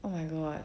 oh my god